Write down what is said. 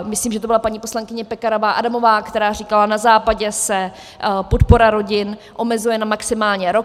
Myslím, že to byla paní poslankyně Pekarová Adamová, která říkala, na Západě se podpora rodin omezuje na maximálně rok.